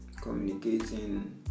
communicating